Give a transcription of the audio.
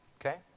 okay